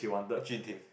Jun Ting